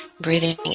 Breathing